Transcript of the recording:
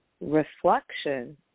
reflection